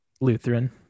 Lutheran